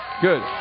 Good